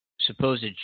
supposed